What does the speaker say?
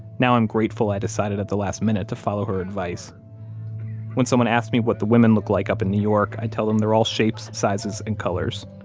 now i'm grateful i decided at the last minute to follow her advice when someone asked me what the women looked like up in new york, i tell them they're all shapes, sizes, and colors.